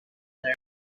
there